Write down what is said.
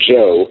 Joe